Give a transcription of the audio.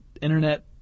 internet